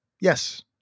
Yes